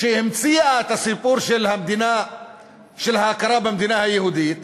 שהמציאה את הסיפור של ההכרה במדינה היהודית,